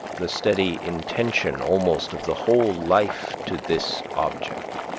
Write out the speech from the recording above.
the steady intention almost of the whole life to this object.